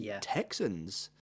Texans